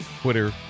Twitter